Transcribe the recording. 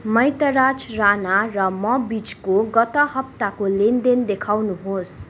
मैतराज राणा र म बिचको गत हप्ताको लेनदेन देखाउनुहोस्